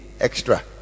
extra